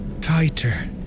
tighter